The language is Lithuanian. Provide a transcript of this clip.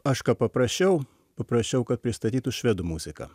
aš ką paprašiau paprašiau kad pristatytų švedų muziką